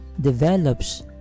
develops